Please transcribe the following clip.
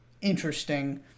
interesting